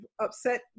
upset